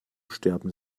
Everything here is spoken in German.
sterben